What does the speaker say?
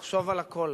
לחשוב על הכול,